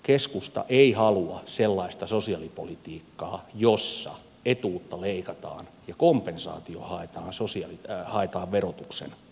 keskusta ei halua sellaista sosiaalipolitiikkaa jossa etuutta leikataan ja kompensaatio haetaan verotuksen kautta